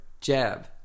jab